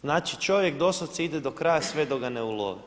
znači čovjek doslovce ide do kraja sve dok ga ne ulove.